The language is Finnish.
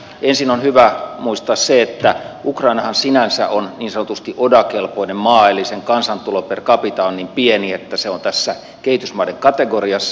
ensin on hyvä muistaa se että ukrainahan sinänsä on niin sanotusti oda kelpoinen maa eli sen kansantulo per capita on niin pieni että se on tässä kehitysmaiden kategoriassa